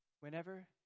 whenever